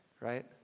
right